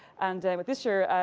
and but this year,